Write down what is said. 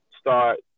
start